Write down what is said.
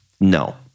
No